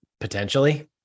Potentially